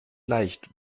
leicht